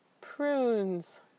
prunes